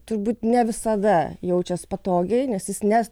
turbūt ne visada jaučias patogiai nes jis nes